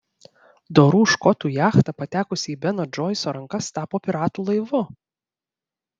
dorų škotų jachta patekusi į beno džoiso rankas tapo piratų laivu